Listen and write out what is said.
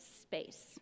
space